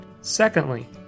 Secondly